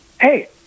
hey